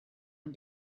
and